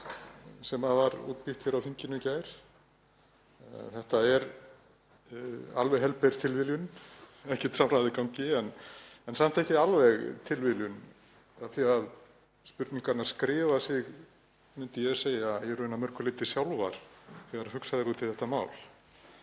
sem var útbýtt hér á þinginu í gær. Þetta er alveg helber tilviljun, ekkert samráð í gangi, en samt ekki alveg tilviljun af því að spurningarnar skrifa sig, myndi ég segja, í raun að mörgu leyti sjálfar þegar hugsað er út í þetta mál.